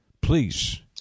Please